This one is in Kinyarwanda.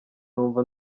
numva